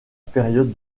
période